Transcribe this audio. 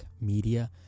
Media